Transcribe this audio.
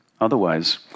Otherwise